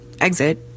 exit